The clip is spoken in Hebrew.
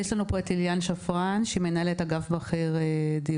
יש לנו פה אל ליליאן שפרן שהיא מנהלת אגף בכיר דיור,